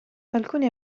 alcuni